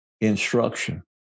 instruction